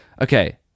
Okay